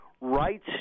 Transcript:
rights